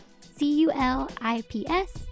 C-U-L-I-P-S